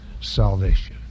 salvation